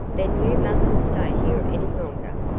then you mustn't stay here any longer.